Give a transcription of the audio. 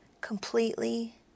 completely